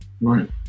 Right